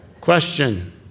Question